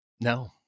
No